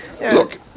look